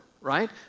right